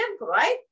right